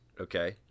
Okay